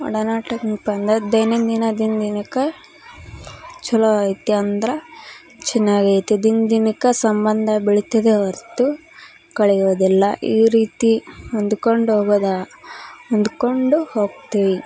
ಒಡನಾಟ ದೈನಂದಿನ ದಿನ ದಿನಕ್ಕೆ ಛಲೋ ಐತಿ ಅಂದ್ರೆ ಚೆನ್ನಾಗೈತಿ ದಿನ ದಿನಕ್ಕೆ ಸಂಬಂಧ ಬೆಳೀತದೆ ಹೊರ್ತು ಕಳೆಯೋದಿಲ್ಲ ಈ ರೀತಿ ಹೊಂದ್ಕೊಂಡ್ ಹೋಗೋದ ಹೊಂದ್ಕೊಂಡು ಹೋಗ್ತೀವಿ